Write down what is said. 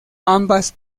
ambas